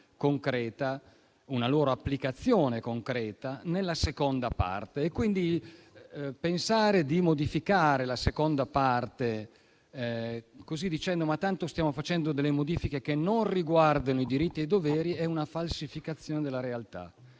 e una loro applicazione concreta nella seconda parte. Pensare quindi di modificare la seconda parte dicendo che tanto si stanno facendo modifiche che non riguardano i diritti e i doveri è una falsificazione della realtà.